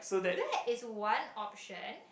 that is one option